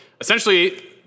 essentially